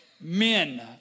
men